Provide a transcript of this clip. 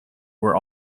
were